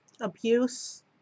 abuse